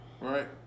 Right